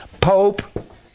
Pope